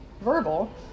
verbal